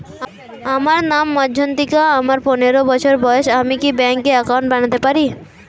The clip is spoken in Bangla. আমার নাম মজ্ঝন্তিকা, আমার পনেরো বছর বয়স, আমি কি ব্যঙ্কে একাউন্ট বানাতে পারি?